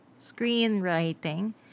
screenwriting